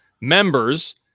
members